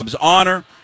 honor